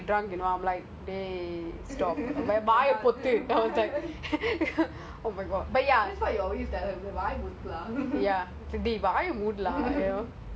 british accent lah then I